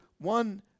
one